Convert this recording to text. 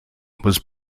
was